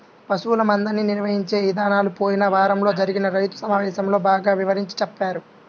పశువుల మందని నిర్వహించే ఇదానాలను పోయిన వారంలో జరిగిన రైతు సమావేశంలో బాగా వివరించి చెప్పారు